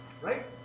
Right